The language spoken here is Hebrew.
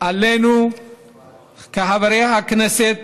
עלינו כחברי כנסת,